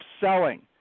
selling